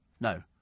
No